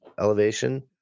elevation